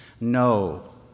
no